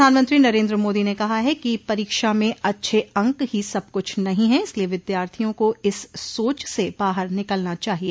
प्रधानमंत्री नरेन्द्र मोदी ने कहा है कि परीक्षा में अच्छे अंक ही सब कुछ नहीं हैं इसलिए विद्यार्थियों को इस सोच से बाहर निकलना चाहिए